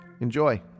Enjoy